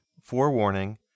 forewarning